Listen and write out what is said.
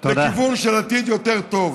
לכיוון של עתיד יותר טוב.